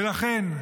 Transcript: ולכן,